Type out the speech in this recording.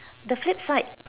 the flip side